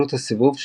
מהירות הסיבוב שלו,